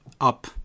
up